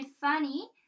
funny